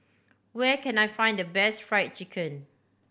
where can I find the best Fried Chicken